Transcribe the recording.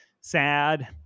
sad